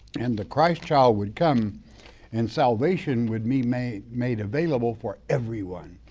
and the christ child would come and salvation would be made made available for everyone.